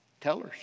tellers